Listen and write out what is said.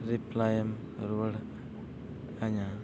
ᱮᱢ ᱨᱩᱣᱟᱹᱲ ᱤᱧᱟ